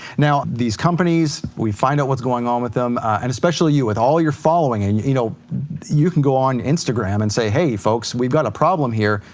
now these companies we find out what's going on with them, and especially you with all your following, and you know you can go on instagram and say, hey folks, we've got a problem here.